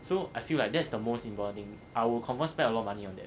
so I feel like that's the most involving I will confirm spend a lot of money on that